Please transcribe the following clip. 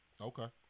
Okay